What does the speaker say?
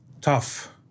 tough